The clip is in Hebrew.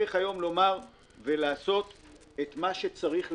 צריך היום לומר ולעשות את מה שצריך לעשות.